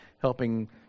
helping